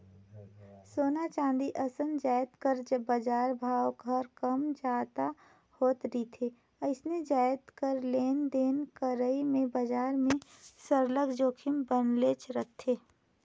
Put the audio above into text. सोना, चांदी असन जाएत कर बजार भाव हर कम जादा होत रिथे अइसने जाएत कर लेन देन करई में बजार में सरलग जोखिम बनलेच रहथे